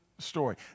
story